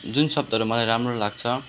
जुन शब्दहरू मलाई राम्रो लाग्छ